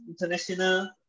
international